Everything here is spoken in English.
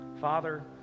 Father